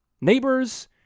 neighbors